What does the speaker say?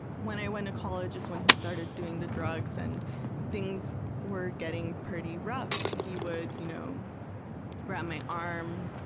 when i went to college is when he started doing the drugs and things were getting pretty rough. he would you know grab my arm,